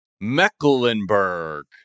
mecklenburg